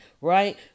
right